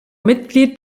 mitglied